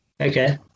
Okay